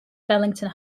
wellington